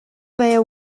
bear